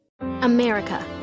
America